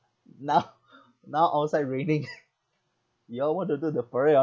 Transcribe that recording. now now outside raining you all want to do the parade